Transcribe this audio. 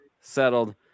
settled